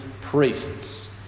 priests